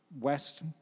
west